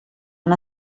han